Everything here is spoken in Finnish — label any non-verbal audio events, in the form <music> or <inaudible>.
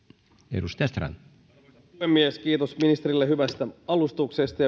arvoisa puhemies kiitos ministerille hyvästä alustuksesta <unintelligible>